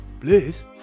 please